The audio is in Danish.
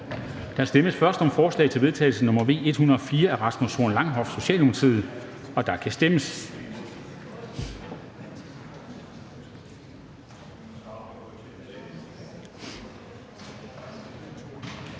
Der stemmes først om forslag til vedtagelse nr. V 104 af Rasmus Horn Langhoff (S), og der kan stemmes.